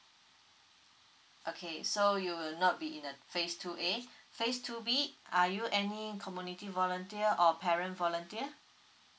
okay so you will not be in the phase two A phase two B are you any community volunteer or parent volunteer